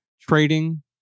trading